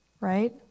Right